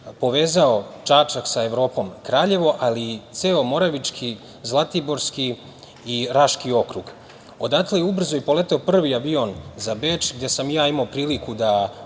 povezao Čačak sa Evropom i Kraljevo, ali i ceo Moravički, Zlatiborski i Raški okrug. Odatle je ubrzo poleteo i prvi avion za Beč gde sam i ja imao priliku da